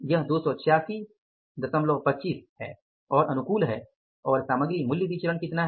यह 28625 अनुकूल है और सामग्री मूल्य विचरण कितना है